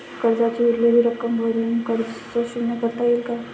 कर्जाची उरलेली रक्कम भरून कर्ज शून्य करता येईल का?